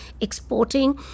exporting